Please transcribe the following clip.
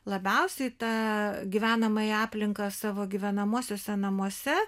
labiausiai tą gyvenamąją aplinką savo gyvenamuosiuose namuose